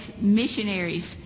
missionaries